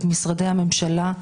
את משרדי הממשלה,